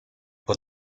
but